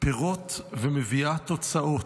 פירות ומביאה תוצאות.